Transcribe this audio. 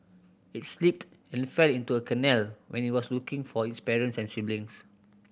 it slipped and fell into a canal when it was looking for its parents and siblings